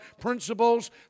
principles